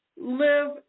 live